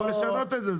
צריך לשנות את זה.